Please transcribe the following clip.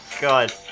god